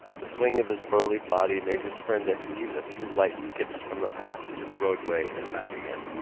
the swing of his burly body made his friend execute a few light skips from the path to the roadway and back again.